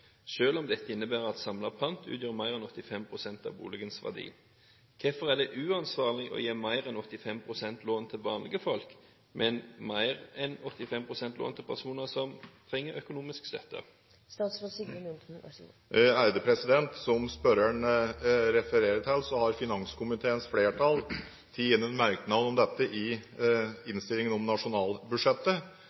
selv om dette innebærer at samlet pant utgjør mer enn 85 pst. av boligens verdi. Hvorfor er det uansvarlig å gi mer enn 85 pst. lån til vanlige folk, men mer enn 85 pst. lån til personer som trenger økonomisk støtte?» Som spørreren refererer til, har finanskomiteens flertall gitt en merknad om dette i innstillingen om nasjonalbudsjettet.